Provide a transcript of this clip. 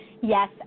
Yes